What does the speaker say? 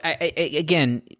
again